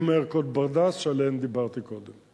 עם ערכות ברדס שעליהן דיברתי קודם.